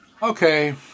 Okay